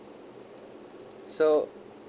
so